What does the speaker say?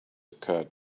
occured